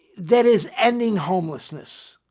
that is ending homelessness.